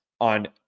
on